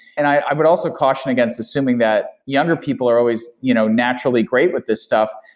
and i would also caution against assuming that younger people are always you know naturally great with this stuff.